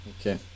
Okay